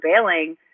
bailing